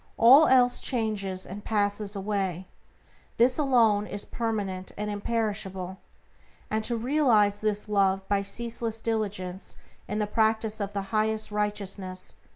all else changes and passes away this alone is permanent and imperishable and to realize this love by ceaseless diligence in the practice of the highest righteousness,